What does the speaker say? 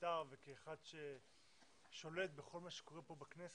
כפרלמנטר וכאחד ששולט בכל מה שקורה פה, בכנסת,